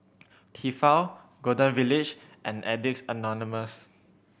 Tefal Golden Village and Addicts Anonymous